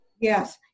Yes